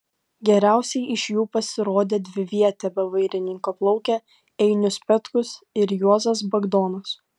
geriausiai iš jų pasirodė dviviete be vairininko plaukę einius petkus ir juozas bagdonas